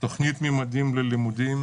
תוכנית "ממדים ללימודים"